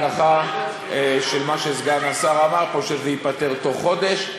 בהנחה שמה שסגן השר אמר פה, שזה ייפתר תוך חודש.